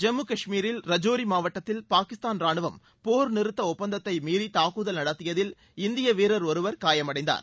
ஜம்மு கஷ்மீரில் ரஜோரி மாவட்டத்தில் பாகிஸ்தான் ரானுவம் போர் நிறுத்த ஒப்பந்தத்தை மீறி தாக்குதல் நடத்தியதில் இந்திய வீரர் ஒருவர் காயமடைந்தார்